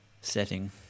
setting